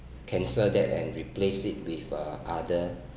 cancel that and replace it with uh other